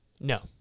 No